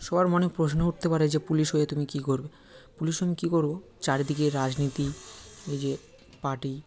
সবার মনে প্রশ্ন উঠতে পারে যে পুলিশ হয়ে তুমি কী করবে পুলিশ হয়ে আমি কী করব চারিদিকে রাজনীতি এই যে পার্টি